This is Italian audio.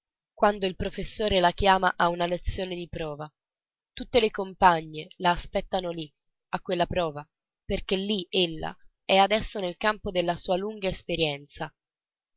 quando il professore la chiama a una lezione di prova tutte le compagne la aspettano lì a quella prova perché lì ella è adesso nel campo della sua lunga esperienza